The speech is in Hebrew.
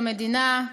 במדינה,